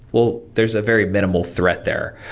well there's a very minimal threat there.